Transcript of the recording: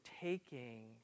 taking